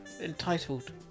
Entitled